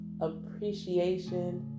appreciation